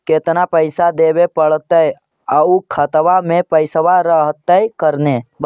केतना पैसा देबे पड़तै आउ खातबा में पैसबा रहतै करने?